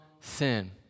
sin